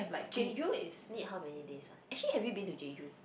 Jeju is need how many days one actually have you been to Jeju